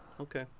Okay